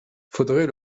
faudrait